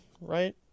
right